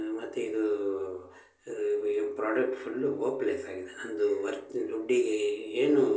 ಮತ್ತು ಇದು product full hopeless ಆಗಿದೆ ನನ್ನದು ವರ್ತ್ ದುಡ್ಡಿಗೆ ಏನೂ